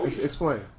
Explain